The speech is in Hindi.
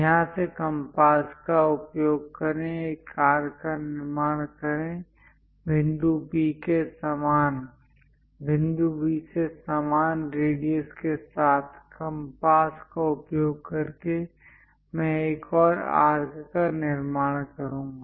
यहां से कम्पास का उपयोग करें एक आर्क का निर्माण करें बिंदु B से समान रेडियस के साथ कम्पास का उपयोग करके मैं एक और आर्क का निर्माण करूंगा